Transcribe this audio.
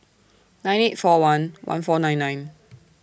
nine eight four one one four nine nine